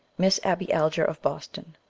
miss abby alger, of boston,